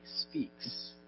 speaks